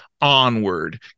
onward